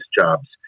jobs